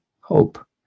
hope